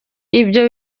ibyo